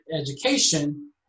education